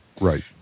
Right